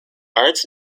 art